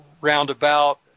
roundabout